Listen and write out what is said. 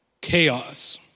Chaos